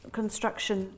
construction